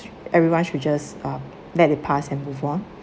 everyone should just uh let it pass and move on